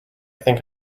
think